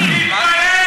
תרד